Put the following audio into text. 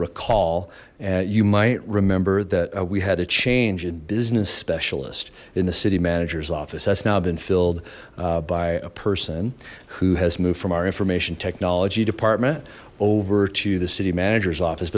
recall and you might remember that we had a change in business specialists in the city manager's office that's now been filled by a person who has moved from our information technology department over to the city manager's office